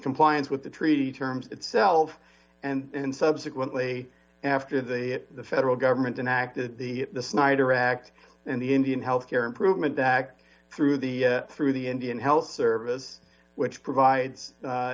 compliance with the treaty terms itself and subsequently after the federal government an act that the snyder act and the indian health care improvement act through the through the indian health service which provides